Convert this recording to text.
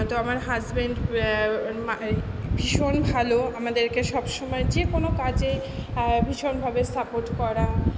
তো আমার হাজব্যান্ড ভীষণ ভালো আমাদেরকে সব সময় যে কোনো কাজে ভীষণভাবে সাপোর্ট করা